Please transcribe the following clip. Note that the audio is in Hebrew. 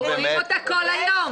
רק רואים אותה כל היום.